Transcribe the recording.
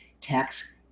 tax